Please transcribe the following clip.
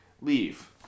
Leave